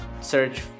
search